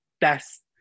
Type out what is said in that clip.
best